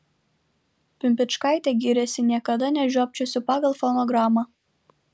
pimpičkaitė giriasi niekada nežiopčiosiu pagal fonogramą